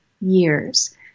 years